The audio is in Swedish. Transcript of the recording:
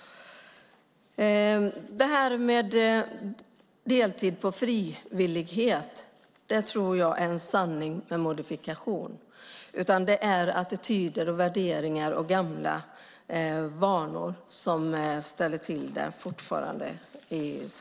Detta med frivillig deltid tror jag är en sanning med modifikation. Det är attityder, värderingar och gamla vanor som ställer till det.